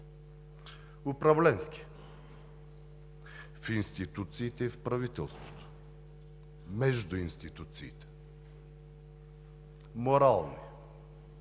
Управленски – в институциите и в правителството, между институциите. Морални